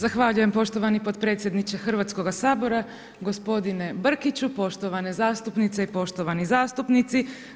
Zahvaljujem poštovani potpredsjedniče Hrvatskoga sabora, gospodine Brkiću, poštovane zastupnice i poštovani zastupnici.